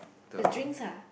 the drinks ah